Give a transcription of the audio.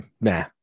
Nah